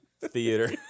theater